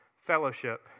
fellowship